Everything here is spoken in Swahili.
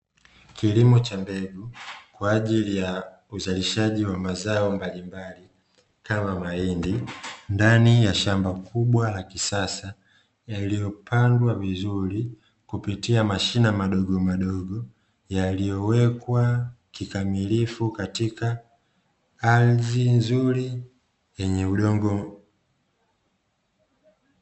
Kilimo cha mbegu kwa ajili ya uzalishaji wa mazao mbalimbali kama mahindi, ndani ya shamba kubwa la kisasa yaliyopandwa vizuri kupitia mashina madogo madogo yaliyowekwa kikamilifu katika ardhi nzuri yenye udongo.